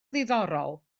ddiddorol